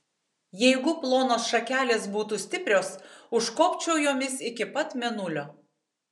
jeigu plonos šakelės būtų stiprios užkopčiau jomis iki pat mėnulio